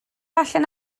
allan